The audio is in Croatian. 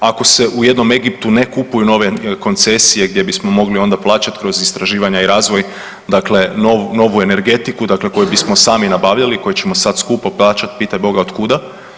Ako se u jednom Egiptu ne kupuju nove koncesije gdje bismo mogli onda plaćati kroz istraživanja i razvoj dakle novu energetiku koju bismo sami nabavljali koju ćemo sada skupo plaćati pitaj Boga od kuda.